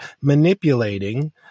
manipulating